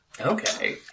Okay